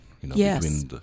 Yes